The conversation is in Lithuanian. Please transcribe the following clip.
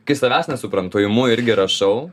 kai savęs nesuprantu imu irgi rašau